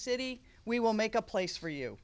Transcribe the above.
city we will make a place for you